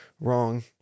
wrong